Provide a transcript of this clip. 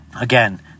again